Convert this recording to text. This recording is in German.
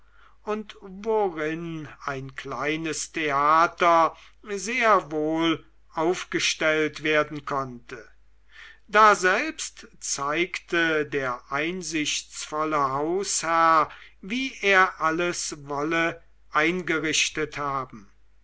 und worin ein kleines theater sehr wohl aufgestellt werden konnte daselbst zeigte der einsichtsvolle hausherr wie er alles wolle eingerichtet haben